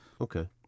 Okay